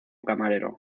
camarero